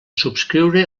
subscriure